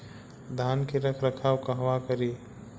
धान के रख रखाव कहवा करी?